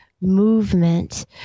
movement